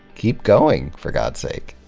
keep going for god's sake.